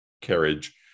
carriage